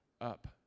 Up